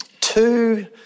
Two